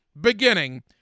beginning